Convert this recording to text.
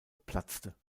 platzte